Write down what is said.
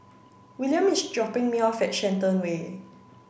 William is dropping me off at Shenton Way